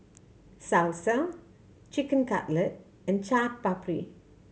Salsa Chicken Cutlet and Chaat Papri